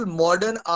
modern